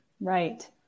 Right